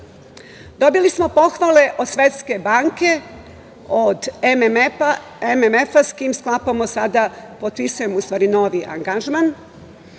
90%.Dobili smo pohvale od Svetske banke, od MMF sa kim sklapamo sada, potpisujemo novi angažman,